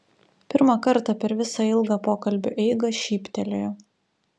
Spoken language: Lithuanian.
pirmą kartą per visą ilgą pokalbio eigą šyptelėjo